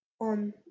on